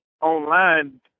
online